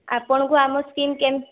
ଆପଣଙ୍କୁ ଆମ ସ୍କିମ୍ କେମ